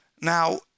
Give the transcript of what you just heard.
now